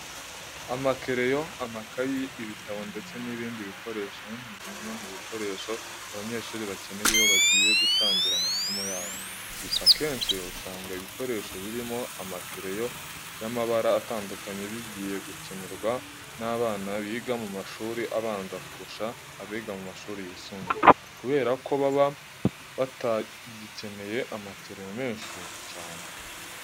Amakereyo, amakayi, ibitabo ndetse n'ibindi bikoresho ni bimwe mu bikoresho abanyeshuri bakenera iyo bagiye gutangira amasomo yabo. Gusa akenshi usanga ibikoresho birimo amakereyo y'amabara atandukanye bigiye gukenerwa n'abana biga mu mashuri abanza kurusha abiga mu mashuri yisumbuye, kubera ko bo baba batagikeneye amakereyo menshi cyane.